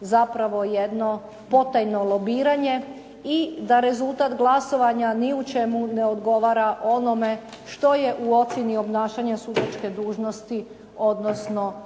zapravo jedno potajno lobiranje i da rezultat glasovanja ni u čemu ne odgovara onome što je u ocjeni obnašanja sudačke dužnosti odnosno